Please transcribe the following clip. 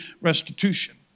restitution